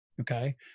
okay